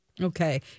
Okay